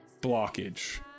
blockage